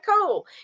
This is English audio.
cool